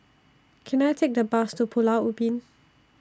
Can I Take A Bus to Pulau Ubin